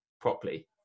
properly